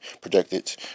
projected